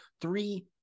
three